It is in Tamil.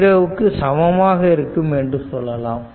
0 க்கு சமமாக இருக்கும் என சொல்லலாம்